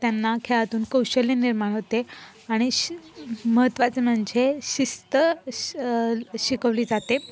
त्यांना खेळातून कौशल्य निर्माण होते आणि शि महत्त्वाचं म्हणजे शिस्त शि शिकवली जाते